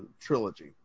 trilogy